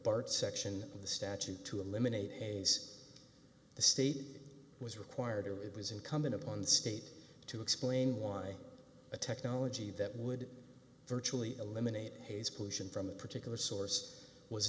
part section of the statute to eliminate the state was required it was incumbent upon state to explain why a technology that would virtually eliminate his pollution from a particular source was